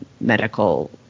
medical